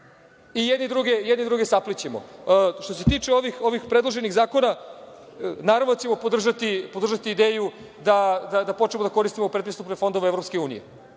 i jedni druge saplićemo. Što se tiče ovih predloženih zakona, naravno, da ćemo podržati ideju da počnemo da koristimo predpristupne fondove EU i